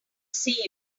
see